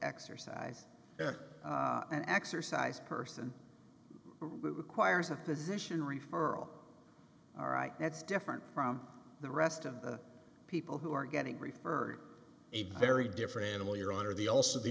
exercise an exercise person requires a physician reach are all right that's different from the rest of the people who are getting referred a very different animal your honor the also the